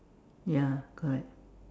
ya correct